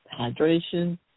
hydration